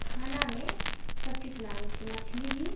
खानामे सब किछु बनाबै छी मछली भी